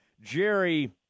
Jerry